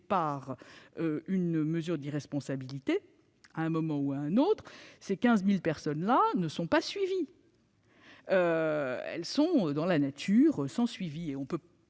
par une mesure d'irresponsabilité à un moment ou à un autre. Or ces 15 000 personnes ne sont pas suivies. Elles sont dans la nature, sans aucun